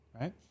right